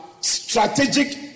Strategic